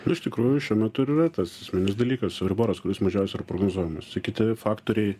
iš tikrųjų šiuo metu ir yra tas esminis dalykas euriboras kuris mažiausiai yar prognozuojamas visi kiti faktoriai